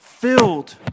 Filled